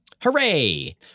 Hooray